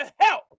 help